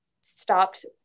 stopped